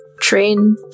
train